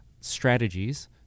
strategies